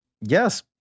yes